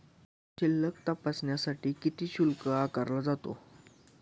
शिल्लक तपासण्यासाठी किती शुल्क आकारला जातो?